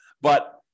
But-